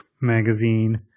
magazine